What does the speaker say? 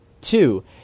Two